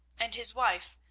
and his wife,